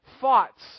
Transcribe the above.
thoughts